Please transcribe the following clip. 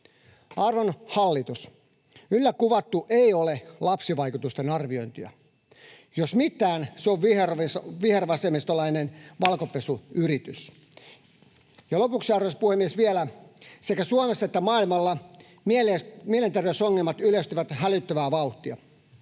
Arvon hallitus, yllä kuvattu ei ole lapsivaikutusten arviointia. Jos mitään, se on vihervasemmistolainen valkopesuyritys. Lopuksi, arvoisa puhemies, vielä: Sekä Suomessa että maailmalla mielenterveysongelmat yleistyvät hälyttävää vauhtia.